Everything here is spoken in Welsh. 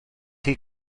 chi